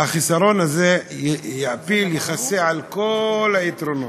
והחיסרון הזה יאפיל, יכסה על כל היתרונות.